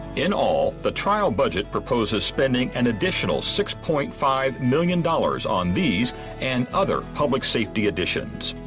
in all, the trial budget proposes spending an additional six point five million dollars on these and other public safety additions.